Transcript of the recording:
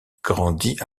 grandit